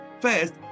first